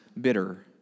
bitter